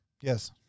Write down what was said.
yes